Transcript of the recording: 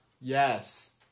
Yes